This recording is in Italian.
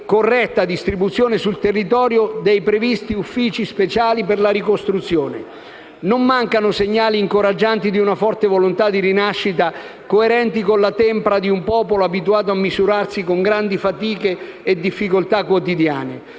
corretta distribuzione sul territorio degli uffici speciali per la ricostruzione. Non mancano segnali incoraggianti di una forte volontà di rinascita coerenti con la tempra di un popolo abituato a misurarsi con grandi fatiche e difficoltà quotidiane.